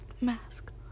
mask